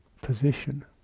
position